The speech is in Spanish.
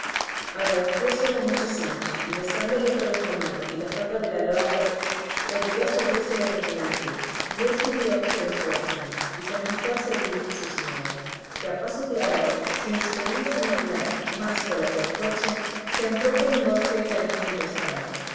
agradecióselo mucho sancho y besándole otra vez la mano y la falda de la loriga le ayudó a subir sobre rocinante y él subió sobre su asno y comenzó a seguir a su señor que a paso tirado sin despedirse ni hablar más con las del coche se entró por un bosque que allí junto estaba